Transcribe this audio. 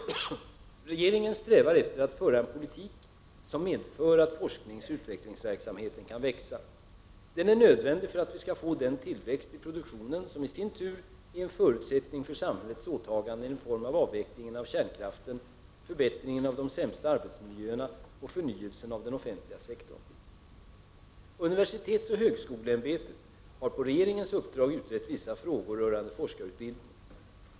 Regeringen strävar efter att föra en politik som medför att forskningsoch utvecklingsverksamheten kan växa. Den är nödvändig för att vi skall få den tillväxt i produktionen som i sin tur är en förutsättning för samhällets åtaganden i form av avvecklingen av kärnkraften, förbättringen av de sämsta arbetsmiljöerna och förnyelsen av den offentliga sektorn. Universitetsoch högskoleämbetet — UHÄ — har på regeringens uppdrag utrett vissa frågor rörande forskarutbildningen.